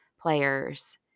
players